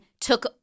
took